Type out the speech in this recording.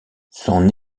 son